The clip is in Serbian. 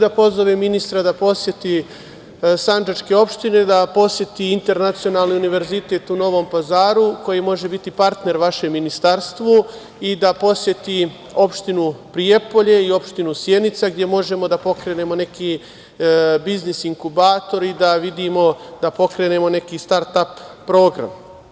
Da pozovem ministra da poseti Sandžačke opštine, da poseti Internacionalni univerzitet u Novom Pazaru, koji može biti partner vašem ministarstvu i da poseti opštinu Prijepolje i opštinu Sjenica gde možemo da pokrenemo neki biznis inkubatori, da vidimo, da pokrenemo neki start ap program.